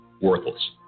worthless